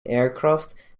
aircraft